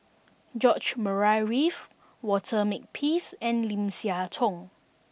George Murray Reith Walter Makepeace and Lim Siah Tong